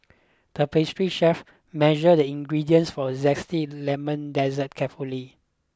the pastry chef measured the ingredients for a zesty lemon dessert carefully